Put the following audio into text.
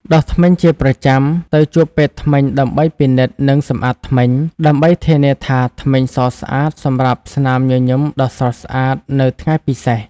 ដុសធ្មេញជាប្រចាំ ទៅជួបពេទ្យធ្មេញដើម្បីពិនិត្យ និងសម្អាតធ្មេញ ដើម្បីធានាថាធ្មេញសស្អាតសម្រាប់ស្នាមញញឹមដ៏ស្រស់ស្អាតនៅថ្ងៃពិសេស ។